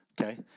Okay